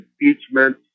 impeachment